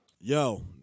Yo